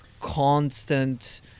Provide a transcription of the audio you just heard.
constant